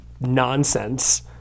nonsense